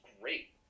great